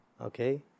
okay